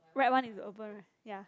right one is open ya